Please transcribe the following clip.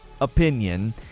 opinion